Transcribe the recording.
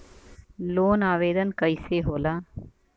Loan आवेदन कैसे होला?